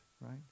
right